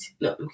No